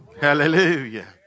Hallelujah